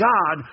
God